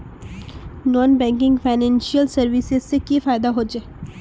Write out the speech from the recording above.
Non banking financial services से की फायदा होचे?